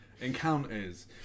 encounters